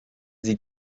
sie